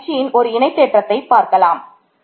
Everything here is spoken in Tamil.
இந்த பயிற்சியின் ஒரு இணை தேற்றத்தை பார்க்கலாம்